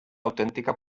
autèntica